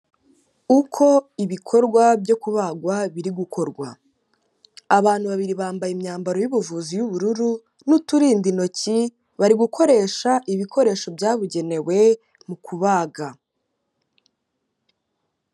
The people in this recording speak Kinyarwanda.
Uko ibikorwa byo kubagwa biri gukorwa, abantu babiri bambaye imyambaro y'ubuvuzi y'ubururu n'uturinda intoki, bari gukoresha ibikoresho byabugenewe mu kubaga.